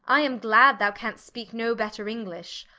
i am glad thou canst speake no better english,